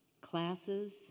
classes